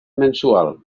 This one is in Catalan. mensual